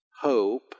hope